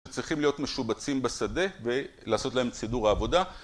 צריכים להיות משובצים בשדה ולעשות להם את סידור העבודה.